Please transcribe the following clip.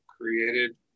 created